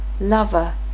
lover